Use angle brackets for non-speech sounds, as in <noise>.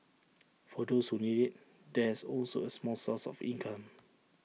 <noise> for those who need IT there is also A small source of income